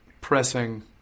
pressing